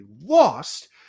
lost